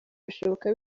bishoboka